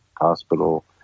hospital